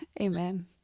Amen